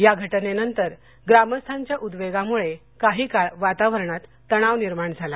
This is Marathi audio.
या घटनेनंतर ग्रामस्थांच्या उद्देगामुळे काही काळ वातावरणात तणाव निर्माण झाला